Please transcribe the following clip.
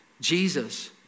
Jesus